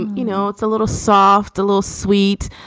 and you know, it's a little soft, a little sweet,